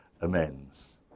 amends